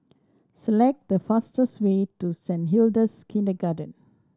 select the fastest way to Saint Hilda's Kindergarten